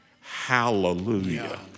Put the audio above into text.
Hallelujah